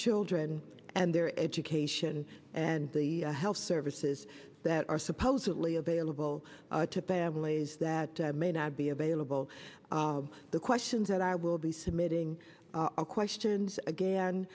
children and their education and the health services that are supposedly available to families that may not be available the questions that i will be submitting are questions again